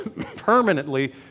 permanently